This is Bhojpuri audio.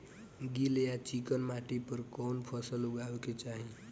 गील या चिकन माटी पर कउन फसल लगावे के चाही?